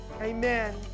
Amen